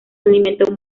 alimento